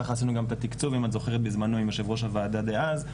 ככה עשינו גם את התקצוב אם את זוכרת בזמנו עם יו"ר הוועדה דאז,